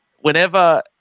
whenever